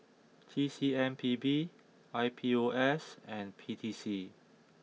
T C M P B I P O S and P T C